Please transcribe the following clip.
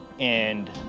and